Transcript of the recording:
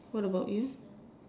what about you